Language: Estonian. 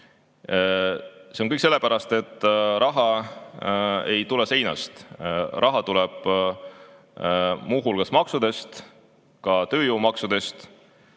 See on kõik sellepärast, et raha ei tule seinast. Raha tuleb muu hulgas maksudest, ka tööjõumaksudest.